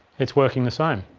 it's working the same.